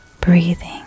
breathing